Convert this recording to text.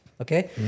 okay